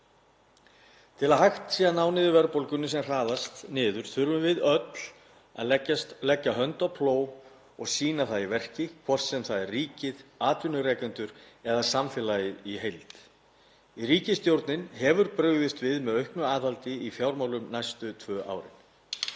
Til að hægt sé að ná niður verðbólgunni sem hraðast niður þurfum við öll að leggja hönd á plóg og sýna það í verki, hvort sem það er ríkið, atvinnurekendur eða samfélagið í heild. Ríkisstjórnin hefur brugðist við með auknu aðhaldi í fjármálum næstu tvö árin.